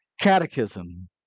catechism